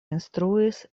instruis